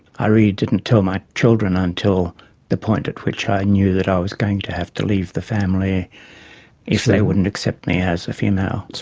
i really didn't tell my children until the point at which i knew that i was going to have to leave the family if they wouldn't accept me as a female.